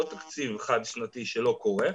לא תקציב חד שנתי שלא קורה,